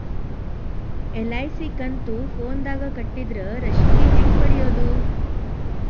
LIC ಕಂತು ಫೋನದಾಗ ಕಟ್ಟಿದ್ರ ರಶೇದಿ ಹೆಂಗ್ ಪಡೆಯೋದು?